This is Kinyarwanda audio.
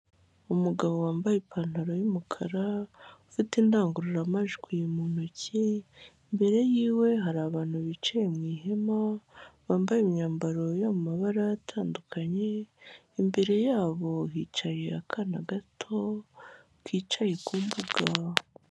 Umugabo wambaye ipantaro y'umukara ufata indangururamajwi mu ntoki. Imbere yiwe hari abantu bicaye mu ihema bambaye imyambaro yo mu mabara atandukanye. Imbere yabo hicaye akana gato kicaye ku mbuga.